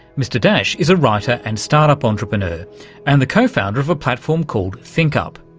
mr dash is a writer and start-up entrepreneur and the co-founder of a platform called thinkup.